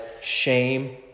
shame